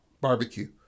barbecue